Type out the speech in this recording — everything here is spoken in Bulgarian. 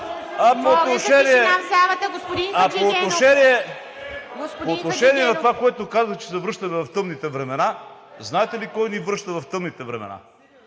А по отношение на това, което каза, че се връщаме в тъмните времена, знаете ли кой ни връща в тъмните времена?